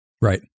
Right